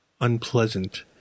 unpleasant